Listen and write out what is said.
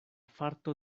farto